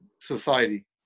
society